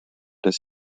des